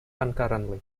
concurrently